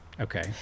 okay